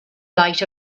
light